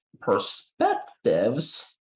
perspectives